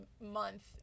month